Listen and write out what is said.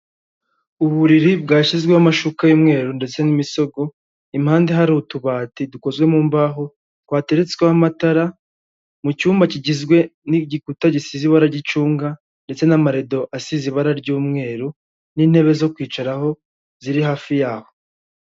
Uburiri bwashyizweho amashuka y'umweru ndetse n'imisogo, impande hari utubati dukozwe mu mbaho, twateretsweho amatara, mu cyumba kigizwe n'igikuta gisize ibara ry'icunga, ndetse n'amarido asize ibara ry'umweru n'intebe zo kwicaraho ziri hafi yaho.